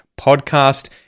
podcast